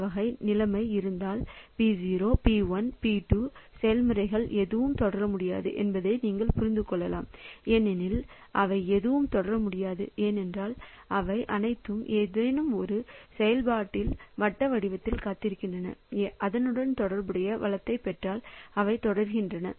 இந்த வகை நிலைமை இருந்தால் P0 P 1 P 2 செயல்முறைகள் எதுவும் தொடர முடியாது என்பதை நீங்கள் புரிந்து கொள்ளலாம் ஏனெனில் அவை எதுவும் தொடர முடியாது ஏனென்றால் அவை அனைத்தும் ஏதேனும் ஒரு செயல்பாட்டில் வட்ட வடிவத்தில் காத்திருக்கின்றன அதனுடன் தொடர்புடைய வளத்தைப் பெற்றால் அவை தொடர்கின்றன